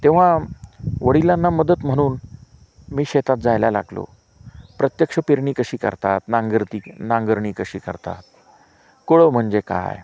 तेव्हा वडिलांना मदत म्हनून मी शेतात जायला लागलो प्रत्यक्ष पेरणी कशी करतात नांगरती नांगरणी कशी करतात कूळं म्हणजे काय